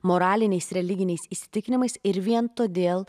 moraliniais religiniais įsitikinimais ir vien todėl